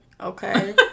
Okay